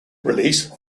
release